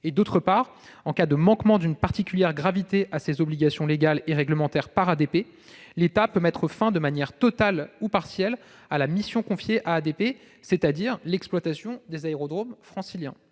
Par ailleurs, en cas de manquement d'une particulière gravité à ses obligations légales et réglementaires par ADP, l'État peut mettre fin de manière totale ou partielle à la mission confiée à ADP, c'est-à-dire l'exploitation des aérodromes franciliens.